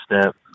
step